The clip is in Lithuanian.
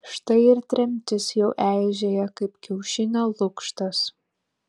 štai ir tremtis jau eižėja kaip kiaušinio lukštas